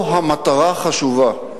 המטרה פה חשובה.